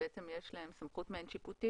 שיש להם סמכות מעין שיפוטית.